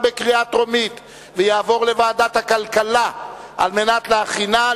לדיון מוקדם בוועדת הכלכלה נתקבלה.